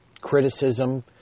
criticism